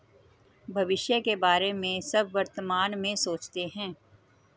भविष्य के बारे में सब वर्तमान में सोचते हैं